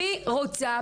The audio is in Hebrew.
מי רוצה.